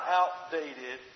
outdated